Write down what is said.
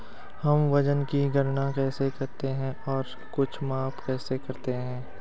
हम वजन की गणना कैसे करते हैं और कुछ माप कैसे करते हैं?